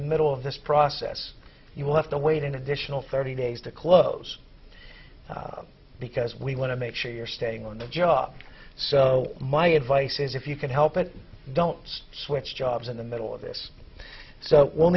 the middle of this process you will have to wait an additional thirty days to close because we want to make sure you're staying on the job so my advice is if you can help it don't switch jobs in the middle of this so we'll